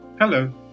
Hello